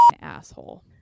asshole